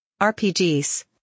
RPGs